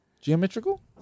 geometrical